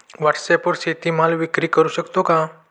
व्हॉटसॲपवर शेती माल विक्री करु शकतो का?